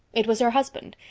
it was her husband.